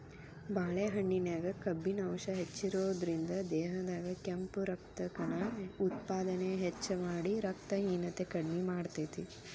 ಬಾಳೆಹಣ್ಣಿನ್ಯಾಗ ಕಬ್ಬಿಣ ಅಂಶ ಹೆಚ್ಚಿರೋದ್ರಿಂದ, ದೇಹದಾಗ ಕೆಂಪು ರಕ್ತಕಣ ಉತ್ಪಾದನೆ ಹೆಚ್ಚಮಾಡಿ, ರಕ್ತಹೇನತೆ ಕಡಿಮಿ ಮಾಡ್ತೆತಿ